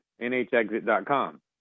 nhexit.com